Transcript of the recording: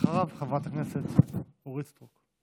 ואחריו, חברת הכנסת אורית סטרוק.